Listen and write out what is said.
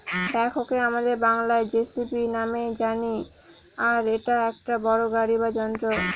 ব্যাকহোকে আমাদের বাংলায় যেসিবি নামেই জানি আর এটা একটা বড়ো গাড়ি বা যন্ত্র